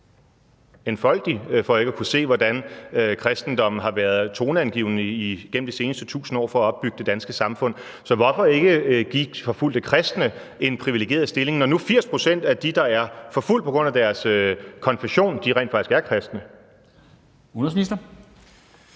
enfoldig for ikke at kunne se, hvordan kristendommen har været toneangivende igennem de seneste 1.000 år for at opbygge det danske samfund. Så hvorfor ikke give de forfulgte kristne en privilegeret stilling, når nu 80 pct. af de, der er forfulgt på grund af deres konfession, rent faktisk er kristne? Kl.